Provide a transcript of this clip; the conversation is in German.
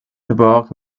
verbarg